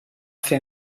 fer